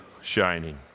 shining